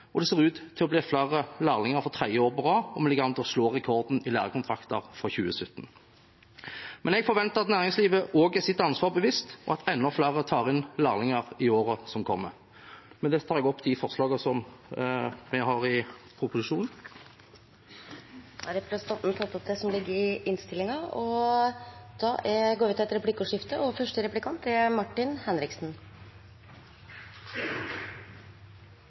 det ser ut til å bli flere lærlinger for tredje år på rad, og vi ligger an til å slå rekorden i lærekontrakter fra 2017. Men jeg forventer at næringslivet også er seg sitt ansvar bevisst, og at enda flere tar inn lærlinger i årene som kommer. Med det anbefaler jeg komiteens forslag til vedtak i innstillingen. Det blir replikkordskifte. Regjeringa har foreslått å endre konverteringsordningen for studiestøtte. I realiteten innebærer det et kutt i stipendordningen på 256 mill. kr. Dette har ført til